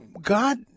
God